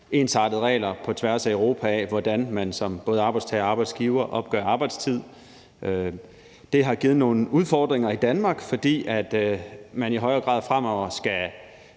ensartede regler på tværs af Europa for, hvordan man som både arbejdstager og arbejdsgiver opgør arbejdstid. Det har givet nogle udfordringer i Danmark, fordi man i højere grad fremover skal